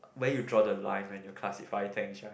where you draw the line when you classified things right